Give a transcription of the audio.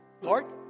Lord